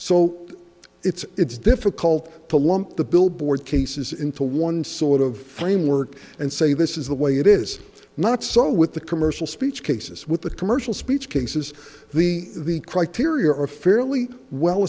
so it's difficult to lump the billboard cases into one sort of framework and say this is the way it is not so with the commercial speech cases with the commercial speech cases the the criteria are fairly well